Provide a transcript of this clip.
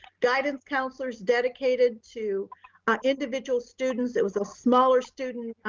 guidance counselors dedicated to individual students. it was a smaller student,